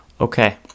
Okay